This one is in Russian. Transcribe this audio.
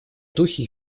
духе